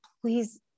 please